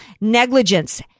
negligence